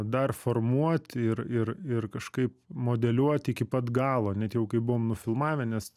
dar formuoti ir ir ir kažkaip modeliuoti iki pat galo net jau kai buvom nufilmavę nes